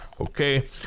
okay